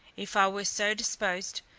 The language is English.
if i were so disposed,